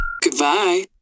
Goodbye